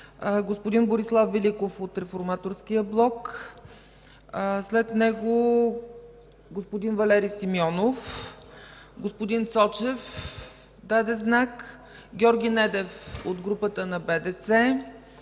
Господин Борислав Великов от Реформаторския блок; след него – господин Валери Симеонов; господин Цочев даде знак; Георги Недев от групата на БДЦ;